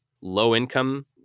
Low-income